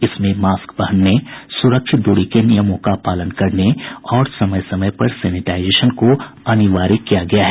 इसमें मास्क पहनने सुरक्षित दूरी के नियमों का पालन करने और समय समय पर सेनेटाईजेशन को अनिवार्य किया गया है